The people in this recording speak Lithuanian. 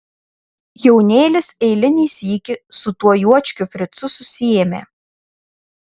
jaunėlis eilinį sykį su tuo juočkiu fricu susiėmė